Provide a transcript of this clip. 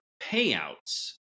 payouts